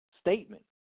statement